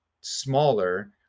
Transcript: smaller